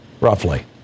roughly